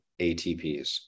ATPs